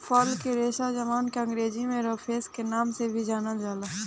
फल के रेशा जावना के अंग्रेजी में रफेज के नाम से भी जानल जाला